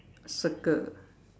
circle